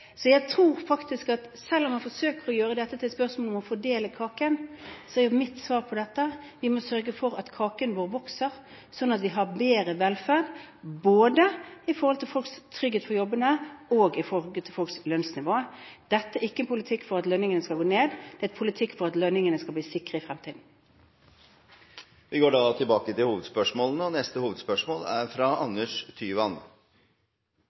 Selv om man forsøker å gjøre dette til et spørsmål om å fordele kaken, er mitt svar på dette at vi må sørge for at kaken vår vokser, slik at vi har bedre velferd i forhold til både folks trygghet for jobbene og lønnsnivå. Dette er ikke en politikk for at lønningene skal gå ned; det er politikk for at lønningene skal bli sikre i fremtiden. Vi går til neste hovedspørsmål. Muligheten til skole og utdanning er